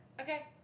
Okay